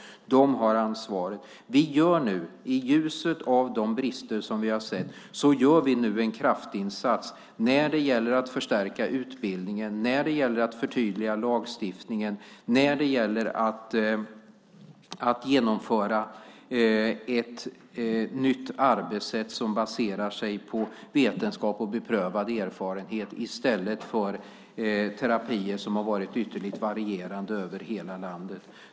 De har ansvaret. I ljuset av de brister som vi har sett gör vi nu en kraftinsats när det gäller att förstärka utbildningen, när det gäller att förtydliga lagstiftningen, när det gäller att genomföra ett nytt arbetssätt som baserar sig på vetenskap och beprövad erfarenhet i stället för på terapier som har varit ytterligt varierande över hela landet.